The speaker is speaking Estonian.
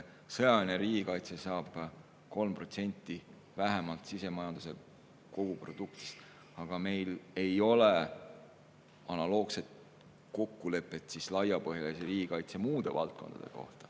sõjaline riigikaitse saab vähemalt 3% sisemajanduse koguproduktist, aga meil ei ole analoogset kokkulepet laiapõhjalise riigikaitse muude valdkondade kohta,